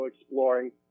exploring